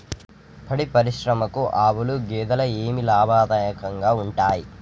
పాడి పరిశ్రమకు ఆవుల, గేదెల ఏవి లాభదాయకంగా ఉంటయ్?